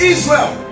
Israel